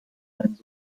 sein